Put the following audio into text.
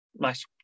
nice